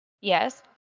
Yes